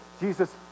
Jesus